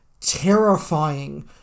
terrifying